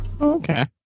Okay